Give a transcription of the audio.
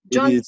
John